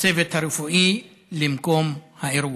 הצוות הרפואי למקום האירוע.